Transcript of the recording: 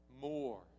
more